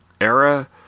era